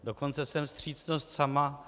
Dokonce jsem vstřícnost sama.